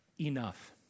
enough